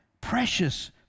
precious